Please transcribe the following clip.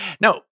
no